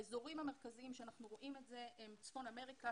האזורים המרכזיים שאנחנו רואים את זה הם צפון אמריקה,